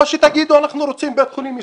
או שתגידו שאתם רוצים בית חולים ישראלי,